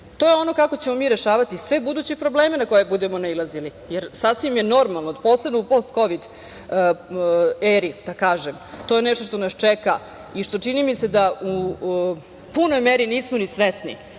To je ono kako ćemo mi rešavati sve buduće probleme na koje budemo nailazili, jer sasvim je normalno, posebno u post-kovid eri, da kažem, to je nešto što nas čeka i što čini mi se da u punoj meri nismo ni svesni